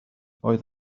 oedd